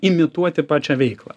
imituoti pačią veiklą